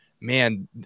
man